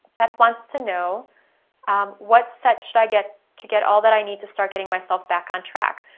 beth wants to know what set should i get to get all that i need to start getting myself back on track?